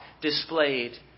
displayed